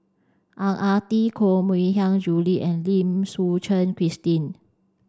Ang Ah Tee Koh Mui Hiang Julie and Lim Suchen Christine